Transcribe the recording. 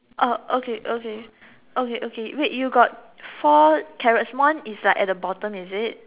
oh okay okay okay okay wait you got four carrots one is like at the bottom is it